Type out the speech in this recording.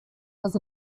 was